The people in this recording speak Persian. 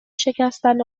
شکستن